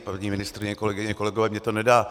Paní ministryně, kolegyně, kolegové, mně to nedá.